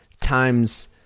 times